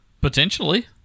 Potentially